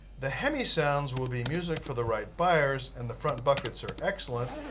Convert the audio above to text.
the hemi sounds will be music for the right buyers and the front buckets are excellent